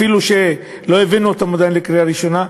אפילו שלא הבאנו אותם עדיין לקריאה ראשונה,